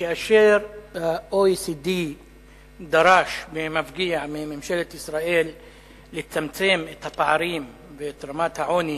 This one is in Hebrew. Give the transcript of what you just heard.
שכאשר ה-OECD דרש במפגיע מממשלת ישראל לצמצם את הפערים ואת רמת העוני